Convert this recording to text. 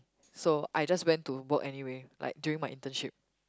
so I just went to work anyway like during my internship